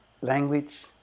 language